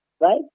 right